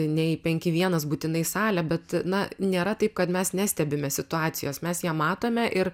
ne į penki vienas būtinai salę bet na nėra taip kad mes nestebime situacijos mes ją matome ir